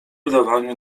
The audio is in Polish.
udawaniu